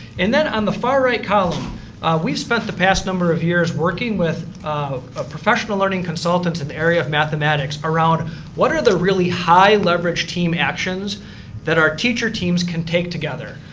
and then, on the far right column we spent the past number of years working with a professional learning consultant in the area of mathematics around what are the really high leverage team actions that our teacher teams can take together?